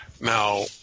Now